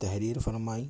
تحریر فرمائی